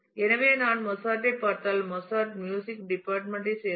எனவே நான் மொஸார்ட்டைப் பார்த்தால் மொஸார்ட் மியூசிக் டிபார்ட்மெண்ட் ஐ சேர்ந்தவர்